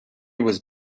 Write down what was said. was